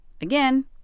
Again